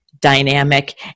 dynamic